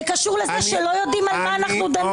זה קשור לזה שלא יודעים על מה אנחנו דנים.